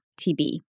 TB